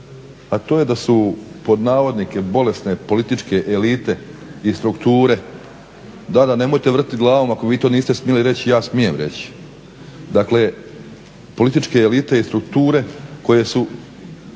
a to je da su "bolesne" političke elite i strukture. Da, da nemojte vriti glavom ako vi to niste smjeli reći, ja smijem reći. Dakle, političke elite i strukture koje su